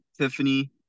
Tiffany